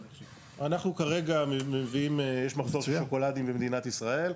כרגע יש מחסור של שוקולדים במדינת ישראל,